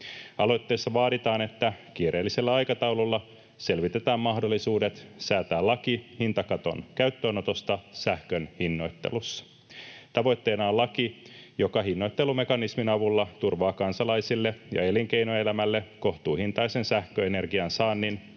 Aloitteessa vaaditaan, että kiireellisellä aikataululla selvitetään mahdollisuudet säätää laki hintakaton käyttöönotosta sähkön hinnoittelussa. Tavoitteena on laki, joka hinnoittelumekanismin avulla turvaa kansalaisille ja elinkeinoelämälle kohtuuhintaisen sähköenergian saannin